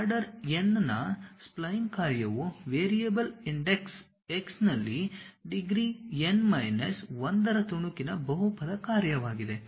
order n ನ spline ಕಾರ್ಯವು variable index x ನಲ್ಲಿ ಡಿಗ್ರಿ n ಮೈನಸ್ 1 ರ ತುಣುಕಿನ ಬಹುಪದ ಕಾರ್ಯವಾಗಿದೆ